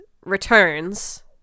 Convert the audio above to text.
returns